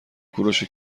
کوروش